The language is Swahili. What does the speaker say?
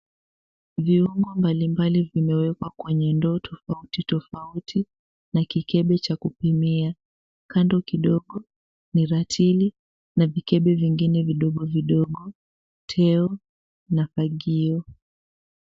Viungo mbali mbali vimewekwa kwenye ndoo tofauti tofauti na kikebe cha kupimia kando kidogo ni ratili na vikebe vengine vidogo vidogo uteo na fagio.